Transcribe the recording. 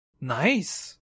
nice